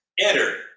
enter